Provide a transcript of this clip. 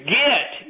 get